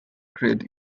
grade